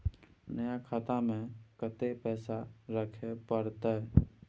नया खाता में कत्ते पैसा रखे परतै?